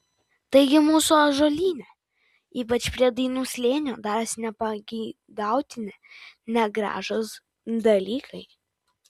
taigi mūsų ąžuolyne ypač prie dainų slėnio darosi nepageidautini negražūs dalykai